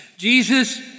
Jesus